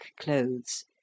clothes